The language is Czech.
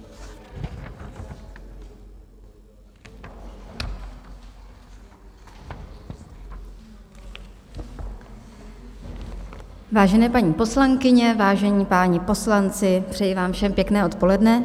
Vážené paní poslankyně, vážení páni poslanci, přeji vám všem pěkné odpoledne.